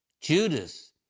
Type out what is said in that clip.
Judas